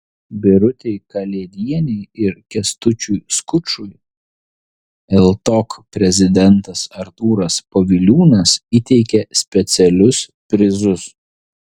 birutei kalėdienei ir kęstučiui skučui ltok prezidentas artūras poviliūnas įteikė specialius prizus